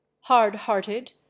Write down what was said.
hard-hearted